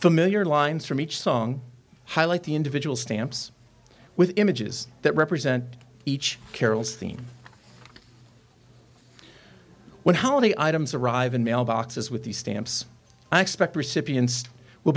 familiar lines from each song highlight the individual stamps with images that represent each carols theme one how many items arrive in mailboxes with these stamps i expect recipients will